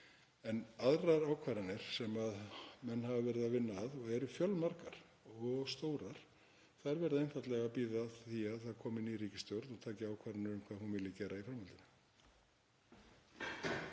En aðrar ákvarðanir sem menn hafa verið að vinna að og eru fjölmargar og stórar verða einfaldlega að bíða þess að það komi ný ríkisstjórn sem taki ákvarðanir um hvað hún vilji gera í framhaldinu.